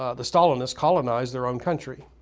ah the stalinists colonized their own country,